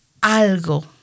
algo